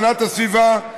הגנת הסביבה,